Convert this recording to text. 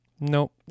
nope